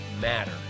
matter